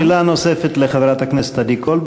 שאלה נוספת לחברת הכנסת עדי קול.